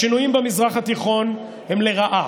השינויים במזרח התיכון הם לרעה.